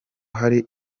hari